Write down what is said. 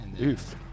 Oof